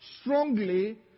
strongly